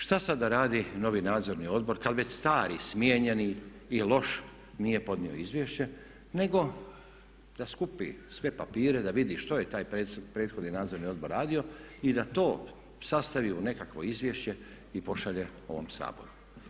Što sad da radi novi nadzorni odbor kad već stari smijenjeni i loš nije podnio izvješće nego da skupi sve papire, da vidi što je taj prethodni nadzorni odbor radio i da to sastavi u nekakvo izvješće i pošalje ovom Saboru.